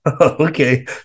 Okay